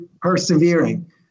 persevering